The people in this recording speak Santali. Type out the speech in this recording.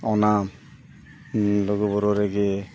ᱚᱱᱟ ᱞᱩᱜᱩᱼᱵᱩᱨᱩ ᱨᱮᱜᱮ